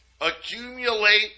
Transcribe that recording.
accumulate